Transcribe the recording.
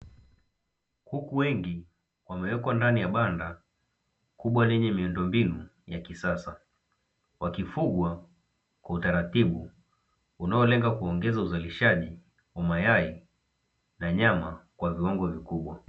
Kuku wengi wamewekwa ndani ya banda kubwa lenye miundombinu ya kisasa, wakifugwa kwa utaratibu unaolenga kuongeza uzalishaji wa mayai na nyama kwa viwango vikubwa.